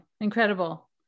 incredible